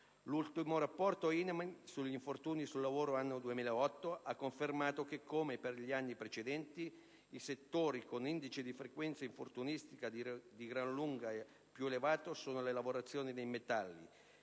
L'ultimo rapporto INAIL sugli infortuni sul lavoro relativo all'anno 2008 ha confermato che, come per gli anni precedenti, i settori con indice di frequenza infortunistica di gran lunga più elevato sono la lavorazione dei metalli